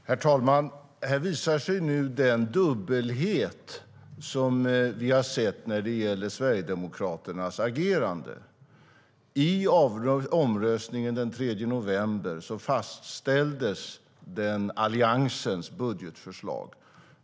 Herr talman! Här visar sig den dubbelhet som vi har sett när det gäller Sverigedemokraternas agerande. I omröstningen den 3 november fastställdes Alliansens budgetförslag.